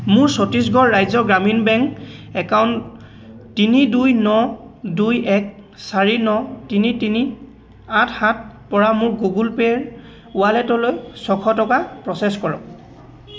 মোৰ Chhattisgarh Rajya Gramin bank account তিনি দুই ন দুই এক চাৰি ন তিনি তিনি আঠ সাতৰপৰা মোৰ গুগল পে'ৰ ৱালেটলৈ ছশ টকা প্ৰ'চেছ কৰক